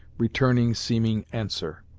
returning seeming answer!